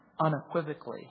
Unequivocally